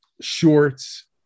shorts